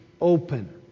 open